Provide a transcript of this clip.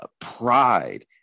pride